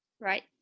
right